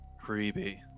creepy